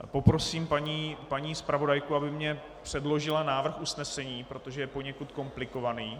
Poprosím paní zpravodajku, aby mi předložila návrh usnesení, protože je poněkud komplikovaný.